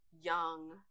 young